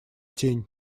тень